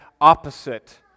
opposite